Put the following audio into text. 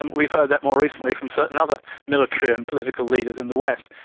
and we've heard that more recently from certain other military and political leaders in the west.